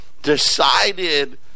decided